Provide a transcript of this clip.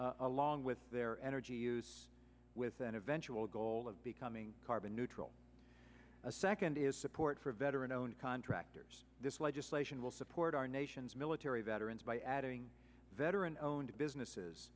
s along with their energy use with an eventual goal of becoming carbon neutral a second is support for better known contractors this legislation will support our nation's military veterans by adding veteran owned businesses